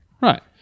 Right